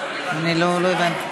לא הבנתי.